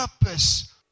purpose